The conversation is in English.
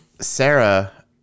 Sarah